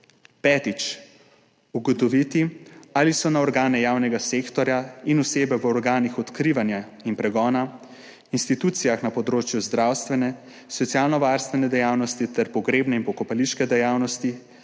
Petič. Ugotoviti, ali so na organe javnega sektorja in osebe v organih odkrivanja in pregona institucijah na področju zdravstvene, socialnovarstvene dejavnosti ter pogrebne in pokopališke dejavnosti,